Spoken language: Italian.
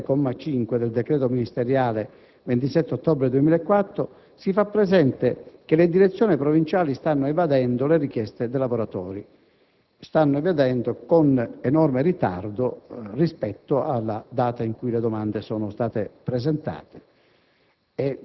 dall'articolo 3, comma 5, del decreto ministeriale 27 ottobre 2004), si fa presente che le Direzioni provinciali stanno evadendo le richieste dei lavoratori. Lo stanno facendo, però, con enorme ritardo rispetto alla data in cui le domande sono state presentate;